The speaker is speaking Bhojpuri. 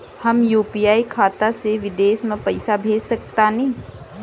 हम यू.पी.आई खाता से विदेश म पइसा भेज सक तानि?